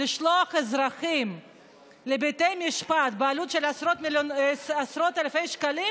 לשלוח אזרחים לבתי משפט בעלות של עשרות אלפי שקלים